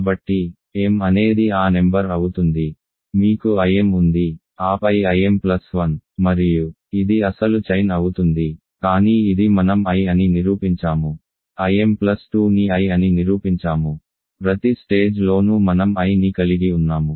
కాబట్టి m అనేది ఆ నెంబర్ అవుతుంది మీకు Im ఉంది ఆపై Im1 మరియు ఇది అసలు చైన్ అవుతుంది కానీ ఇది మనం I అని నిరూపించాము Im2 ని I అని నిరూపించాము ప్రతి స్టేజ్ లోనూ మనం I ని కలిగి ఉన్నాము